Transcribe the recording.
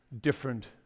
different